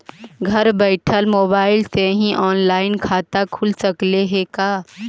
घर बैठल मोबाईल से ही औनलाइन खाता खुल सकले हे का?